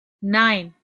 nine